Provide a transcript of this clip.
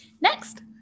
Next